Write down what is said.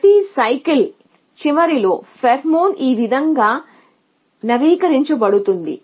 ప్రతి చక్రం చివరిలో ఫెరోమోన్ ఈ విధంగా నవీకరించబడుతుంది